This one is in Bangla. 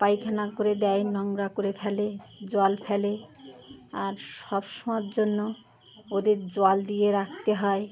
পায়খানা করে দেয় নোংরা করে ফেলে জল ফেলে আর সব সময় জন্য ওদের জল দিয়ে রাখতে হয়